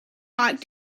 like